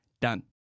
done